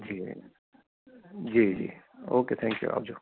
જી જી જી okay thank you આવજો